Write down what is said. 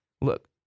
Look